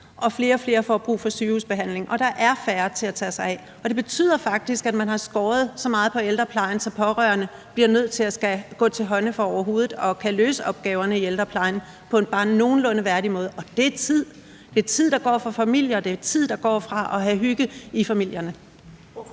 at flere og flere får brug for sygehusbehandling. Og der er færre til at tage sig af dem. Det betyder faktisk, at man har skåret så meget på ældreplejen, at pårørende bliver nødt til at gå til hånde, for at man overhovedet kan løse opgaverne i ældreplejen på en bare nogenlunde værdig måde. Og det er tid, der går fra familier, det er tid, der går fra at have hygget i familierne.